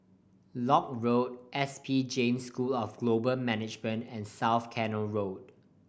Lock Road S P Jain School of Global Management and South Canal Road